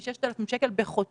חברת הכנסת תמר זנדברג